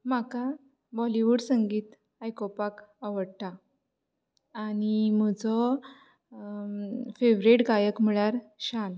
म्हाका बॉलिवूड संगीत आयकुपाक आवडटा आनी म्हजो फेवरेट गायक म्हळ्यार शान